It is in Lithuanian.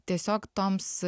tiesiog toms